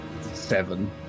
seven